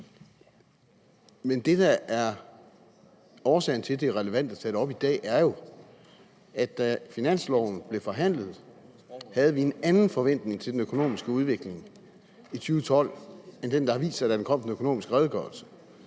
Men det, der er årsagen til, at det er relevant at tage det op i dag, er jo, at da finansloven blev forhandlet, havde vi en anden forventning til den økonomiske udvikling i 2012 end den, der har vist sig, da der kom den økonomiske redegørelse.